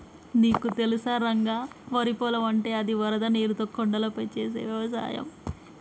నీకు తెలుసా రంగ వరి పొలం అంటే అది వరద నీరుతో కొండలపై చేసే వ్యవసాయం